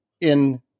in-